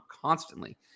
constantly